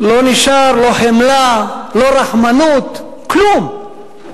לא נשארו, לא חמלה, לא רחמנות, כלום.